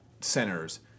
centers